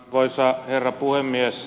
arvoisa herra puhemies